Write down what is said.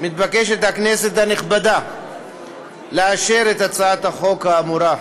הכנסת הנכבדה מתבקשת לאשר את הצעת החוק האמורה.